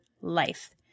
life